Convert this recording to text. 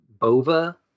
Bova